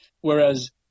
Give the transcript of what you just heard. Whereas